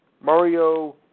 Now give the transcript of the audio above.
Mario